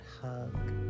hug